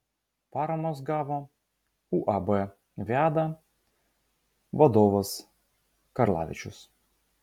paramos gavo uab viada vadovas karlavičius